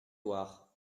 loire